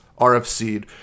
RFC'd